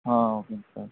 ஆ ஓகேங்க சார்